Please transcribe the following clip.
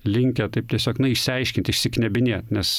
linkę taip tiesiog na išsiaiškint išsiknebinėt nes